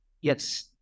Yes